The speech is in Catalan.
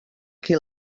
qui